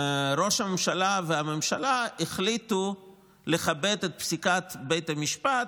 ראש הממשלה והממשלה החליטו לכבד את פסיקת בית המשפט,